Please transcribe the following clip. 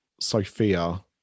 Sophia